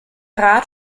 rat